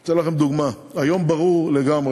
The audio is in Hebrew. אני אתן לכם דוגמה: היום ברור לגמרי